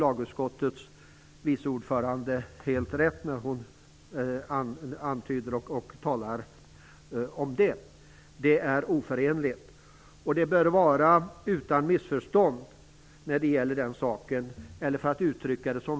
Lagutskottets vice ordförande har helt rätt när hon säger att dessa två är oförenliga. Det får inte vara något missförstånd när det gäller den saken.